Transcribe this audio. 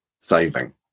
saving